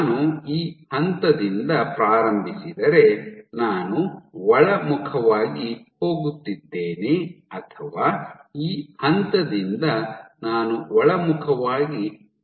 ನಾನು ಈ ಹಂತದಿಂದ ಪ್ರಾರಂಭಿಸಿದರೆ ನಾನು ಒಳಮುಖವಾಗಿ ಹೋಗುತ್ತಿದ್ದೇನೆ ಅಥವಾ ಈ ಹಂತದಿಂದ ನಾನು ಒಳಮುಖವಾಗಿ ಟ್ರ್ಯಾಕ್ ಮಾಡುತ್ತಿದ್ದೇನೆ